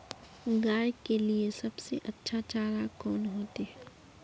गाय के लिए सबसे अच्छा चारा कौन होते?